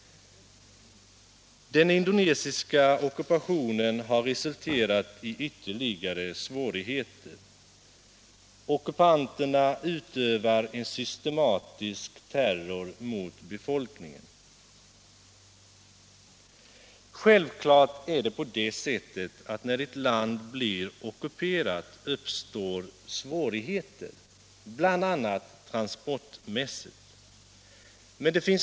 Den indonesiska ockupationen har resulterat i ytterligare svårigheter. Ockupanterna utövar en systematisk terror mot befolkningen. Självklart uppstår svårigheter, bl.a. transportmässiga, i ett ockuperat land.